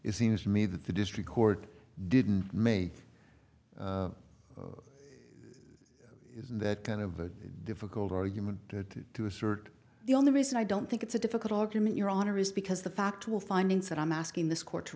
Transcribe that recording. it seems to me that the district court didn't make that kind of a difficult argument to assert the only reason i don't think it's a difficult argument your honor is because the fact will findings that i'm asking this court to